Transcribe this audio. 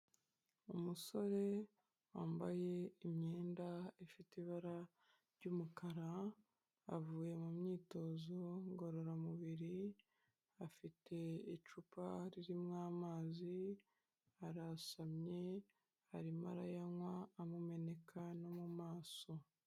Umusore wambaye imyenda ifite ibara ry'umukara, avuye mu myitozo ngororamubiri afite icupa ririmo amazi arasamye arimo arayanywa amumeneka no mu maso.